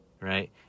right